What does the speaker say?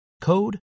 code